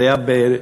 זה היה ב-2010,